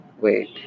Wait